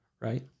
right